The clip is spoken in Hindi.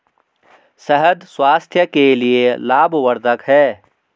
शहद स्वास्थ्य के लिए लाभवर्धक है